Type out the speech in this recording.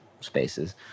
spaces